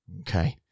Okay